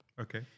Okay